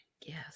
Yes